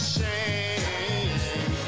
shame